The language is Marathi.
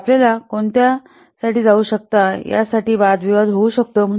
तर आपण कोणत्या साठी जाऊ शकता यासाठी वादविवाद होऊ शकतो